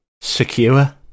secure